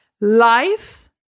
life